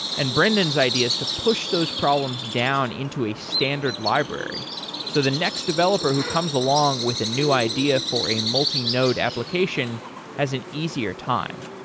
and brendan's idea is to push those problems down into a standard library so the next developer who comes along with a new idea for a multinode application has an easier time.